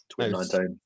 2019